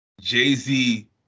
Jay-Z